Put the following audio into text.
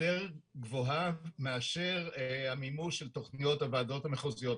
גבוה מאשר המימוש של תכניות הוועדות המחוזיות.